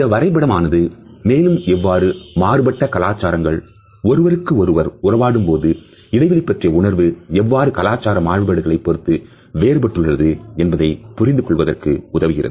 இந்த வரைபடம் ஆனது மேலும் எவ்வாறு மாறுபட்ட கலாச்சாரங்கள் ஒருவருக்கு ஒருவர் உறவாடும் போது இடைவெளி பற்றிய உணர்வு எவ்வாறு கலாச்சார மாறுபாடுகளை பொறுத்து வேறுபட்டுள்ளது என்பதை புரிந்து கொள்வதற்கு உதவுகிறது